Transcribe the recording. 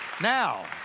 Now